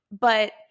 But-